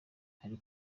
ari